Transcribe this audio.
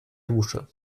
dusche